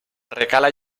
recala